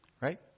Right